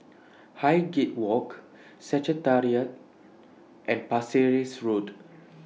Highgate Walk Secretariat and Pasir Ris Road